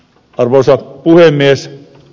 arvoisa puhemies